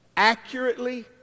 accurately